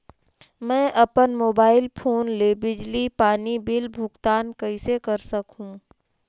मैं अपन mobile phone ले बिजली पानी बिल भुगतान कइसे कर सकहुं?